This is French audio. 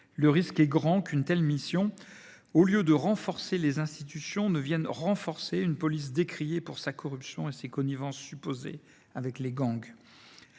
Le risque est grand qu’une telle mission, au lieu de renforcer les institutions, ne fasse qu’affermir une police décriée pour sa corruption et ses connivences supposées avec les gangs.